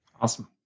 Awesome